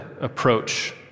approach